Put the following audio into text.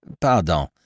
Pardon